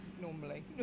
normally